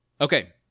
Okay